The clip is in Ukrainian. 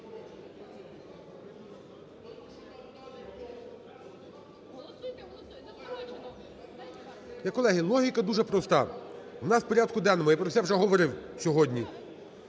Колеги, логіка дуже проста. У нас в порядку денному, я про це вже говорив сьогодні,